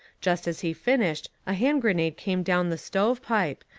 just as he finished a hand grenade came down the stove pipe,